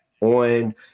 on